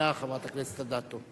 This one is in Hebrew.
כאחרונה חברת הכנסת אדטו.